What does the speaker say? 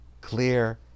clear